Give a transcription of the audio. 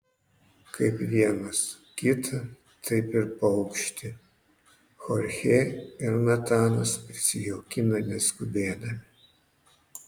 kaip vienas kitą taip ir paukštį chorchė ir natanas prisijaukina neskubėdami